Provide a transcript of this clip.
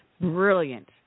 Brilliant